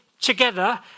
together